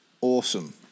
Awesome